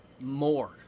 more